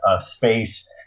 space